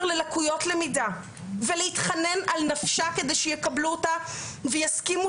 ללקויות למידה ולהתחנן על נפשה כדי שיקבלו אותה ויסכימו